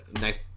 nice